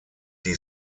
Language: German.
die